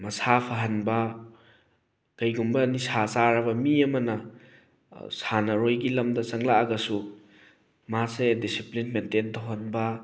ꯃꯁꯥ ꯐꯍꯟꯕ ꯀꯔꯤꯒꯨꯝꯕ ꯅꯤꯁꯥ ꯆꯥꯔꯕ ꯃꯤ ꯑꯃꯅ ꯁꯥꯟꯅꯔꯣꯏꯒꯤ ꯂꯝꯗ ꯆꯪꯂꯛꯒꯁꯨ ꯃꯥꯁꯦ ꯗꯤꯁꯤꯄ꯭ꯂꯤꯟ ꯃꯦꯟꯇꯦꯟ ꯇꯧꯍꯟꯕ